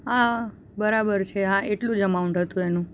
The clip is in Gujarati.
આ બરાબર છે હા એટલું જ અમાઉન્ટ હતું એનું